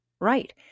right